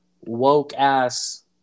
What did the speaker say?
woke-ass